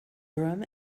urim